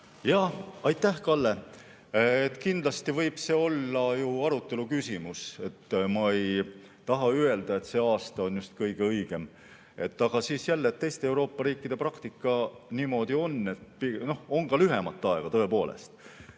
Jah, aitäh, Kalle! Kindlasti võib see olla ju arutelu küsimus. Ma ei taha öelda, et see aasta on just kõige õigem. Aga siis jälle, et teiste Euroopa riikide praktika niimoodi on, on ka lühemat aega tõepoolest,